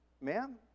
ma'am